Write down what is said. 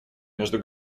между